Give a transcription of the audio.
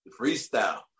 Freestyle